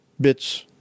bits